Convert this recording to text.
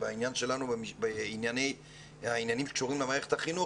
ובעניין שלנו בעניינים שקשורים למערכת החינוך,